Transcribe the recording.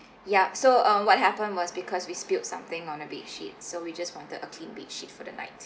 yup so mm what happen was because we spilled something on the bedsheet so we just wanted a clean bedsheet for the night